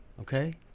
okay